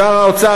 שר האוצר,